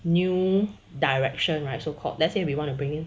new direction right so called let's say we want to bring in